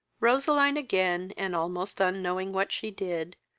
roseline, again, and almost unknowing what she did,